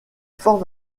forme